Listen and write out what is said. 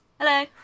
Hello